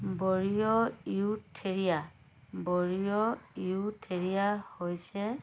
Boreoeutheria boreoeutheria হৈছে